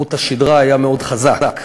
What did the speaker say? חוט השדרה היה מאוד חזק.